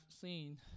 seen